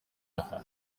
aha